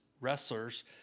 wrestlers